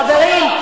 חברים,